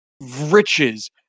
riches